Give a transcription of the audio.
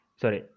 sorry